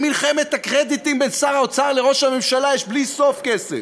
למלחמת הקרדיטים בין שר האוצר לראש הממשלה יש בלי סוף כסף,